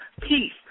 Peace